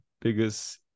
biggest